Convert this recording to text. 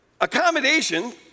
Accommodation